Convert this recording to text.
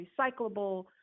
recyclable